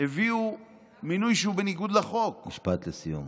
הביאו מינוי שהוא בניגוד לחוק, משפט לסיום.